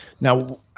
now